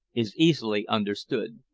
is easily understood.